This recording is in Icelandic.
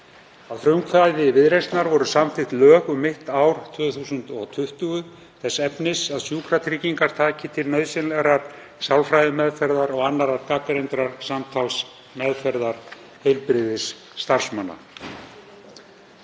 frumkvæði Viðreisnar voru samþykkt lög um mitt ár 2020 þess efnis að sjúkratryggingar taki til nauðsynlegrar sálfræðimeðferðar og annarrar gagnreyndrar samtalsmeðferðar heilbrigðisstarfsmanna.